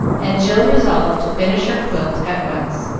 and jill resolved to finish her quilt at once,